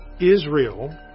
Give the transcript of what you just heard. Israel